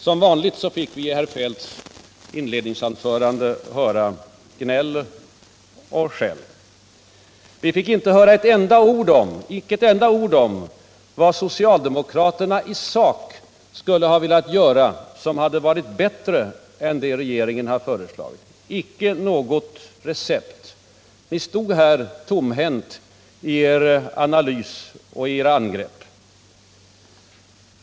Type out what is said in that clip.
Som vanligt fick vi i herr Feldts inledningsanförande höra gnäll och skäll. Vi fick inte höra ett enda ord om vad socialdemokraterna i sak skulle ha velat göra som hade varit bättre än vad regeringen föreslagit. Vi fick inte något recept. Ni stod där tomhänta med er analys och era angrepp.